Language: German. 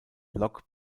log